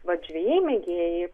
vat žvejai mėgėjai